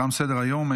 תם סדר-היום.